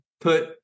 put